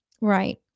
right